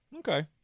okay